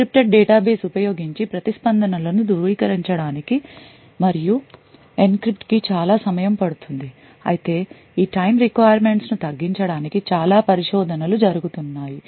Encrypted database ఉపయోగించి ప్రతిస్పందన లను ధృవీకరించడానికి మరియు encrypt కి చాలా సమయం పడుతుంది అయితే ఈ time requirements ను తగ్గించడానికి చాలా పరిశోధనలు జరుగుతున్నాయి